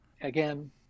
again